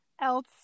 else